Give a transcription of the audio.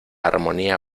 armonía